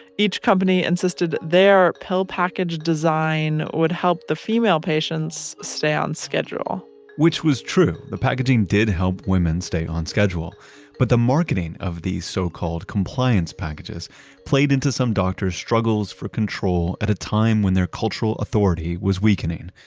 each company insisted their pill package design would help the female patients stay on schedule which was true. the packaging did help women stay on schedule but the marketing of these so-called compliance packages played into some doctor's struggles for control at a time when their cultural authority was weakening.